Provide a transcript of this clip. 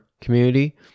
community